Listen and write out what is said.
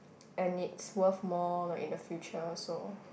and it's worth more like in the future so